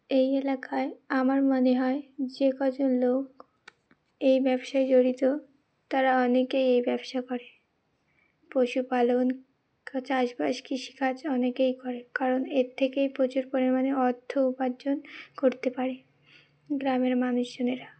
এই এলাকায় আমার মনে হয় যে কজন লোক এই ব্যবসায় জড়িত তারা অনেকেই এই ব্যবসা করে পশুপালন চাষবাস কৃষিকাজ অনেকেই করে কারণ এর থেকেই প্রচুর পরিমাণে অর্থ উপার্জন করতে পারে গ্রামের মানুষজনেরা